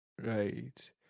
Right